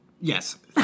yes